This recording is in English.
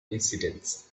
incidents